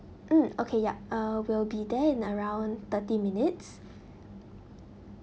mm okay yup uh we'll be there in around thirty minutes